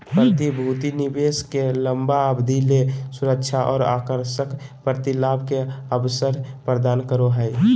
प्रतिभूति निवेश के लंबा अवधि ले सुरक्षा और आकर्षक प्रतिलाभ के अवसर प्रदान करो हइ